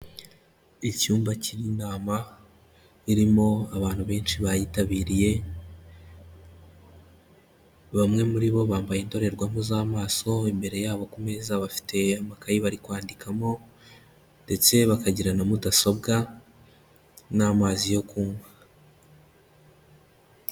Icyumba cy'inama, irimo abantu benshi bayitabiriye, bamwe muri bo bambaye indorerwamo z'amaso, imbere yabo ku meza bafite amakayi bari kwandikamo ndetse bakagira na mudasobwa n'amazi yo kunywa.